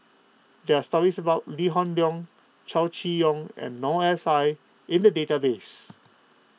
there are stories about Lee Hoon Leong Chow Chee Yong and Noor S I in the database